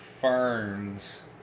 ferns